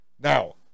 Now